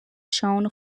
shown